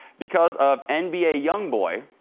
because of and nba young boy.